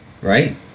Right